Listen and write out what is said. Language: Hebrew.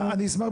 אני אשמח,